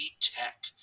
tech